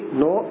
no